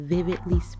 Vividly